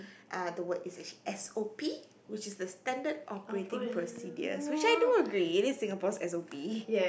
ah the word is actually S_O_P which is the Standard Operating Procedures which I do agree this Singapore's S_O_P